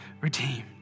redeemed